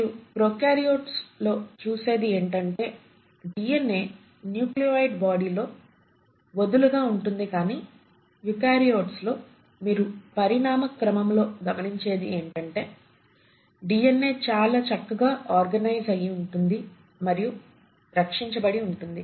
మీరు ప్రోకార్యోట్స్ లో చూసేది ఏంటంటే డిఎన్ఏ న్యూక్లియాయిడ్ బాడీ లో వదులుగా ఉంటుంది కానీ యుకార్యోట్స్ లో మీరు పరిణామ క్రమము లో గమనించేది ఏంటంటే డిఎన్ఏ చాలా చక్కగా ఆర్గనైజ్ అయ్యి ఉంటుంది మరియు రక్షించబడి ఉంటుంది